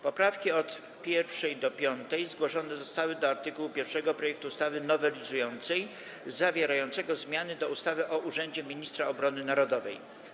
Poprawki od 1. do 5. zgłoszone zostały do art. 1 projektu ustawy nowelizującej zawierającego zmiany do ustawy o urzędzie Ministra Obrony Narodowej.